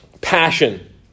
Passion